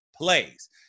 plays